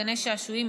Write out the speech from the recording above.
גני שעשועים,